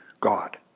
God